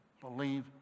believe